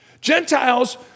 Gentiles